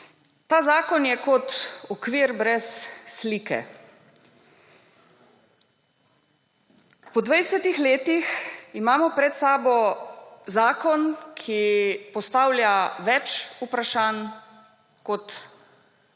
Ta zakon je kot okvir brez slike. Po 20-ih letih imamo pred sabo zakon, ki postavlja več vprašanj kot